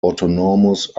autonomous